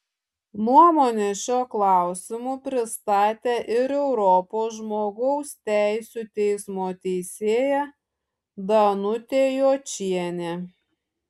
nuomonę šiuo klausimu pristatė ir europos žmogaus teisių teismo teisėja danutė jočienė